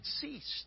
ceased